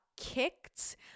kicked